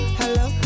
hello